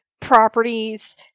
properties